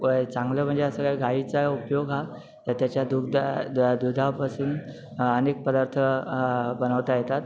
च चांगलं म्हणजे असं काय गाईचा उपयोग हा त्याच्या दुधा द दुधापासून अनेक पदार्थ बनवता येतात